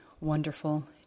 wonderful